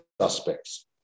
suspects